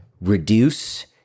reduce